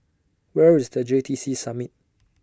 Where IS The J T C Summit